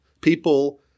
People